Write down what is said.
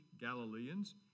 Galileans